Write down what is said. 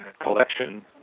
collection